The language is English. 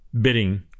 bidding